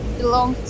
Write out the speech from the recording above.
belong